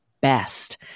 best